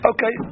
Okay